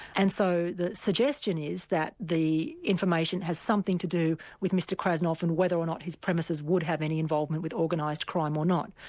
and so the suggestion is that the information has something to do with mr krasnov and whether or not his premises would have any involvement with organised crime or not.